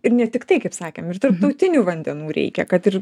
ir ne tiktai kaip sakėm ir tarptautinių vandenų reikia kad ir